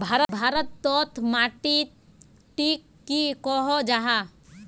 भारत तोत माटित टिक की कोहो जाहा?